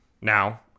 Now